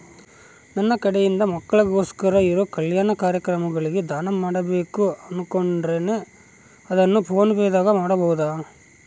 ನಮ್ಮ ಕಡೆಯಿಂದ ಮಕ್ಕಳಿಗೋಸ್ಕರ ಇರೋ ಕಲ್ಯಾಣ ಕಾರ್ಯಕ್ರಮಗಳಿಗೆ ದಾನ ಮಾಡಬೇಕು ಅನುಕೊಂಡಿನ್ರೇ ಅದನ್ನು ಪೋನ್ ಪೇ ದಾಗ ಕಳುಹಿಸಬಹುದಾ?